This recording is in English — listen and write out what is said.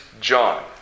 John